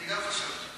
אני גם חושב.